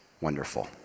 wonderful